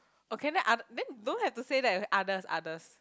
okay then oth~ then don't have to say that okay others others